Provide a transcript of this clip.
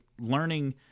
learning